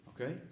Okay